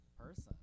person